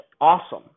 awesome